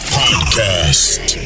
podcast